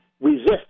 resist